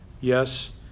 yes